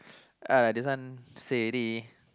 uh lah this one say already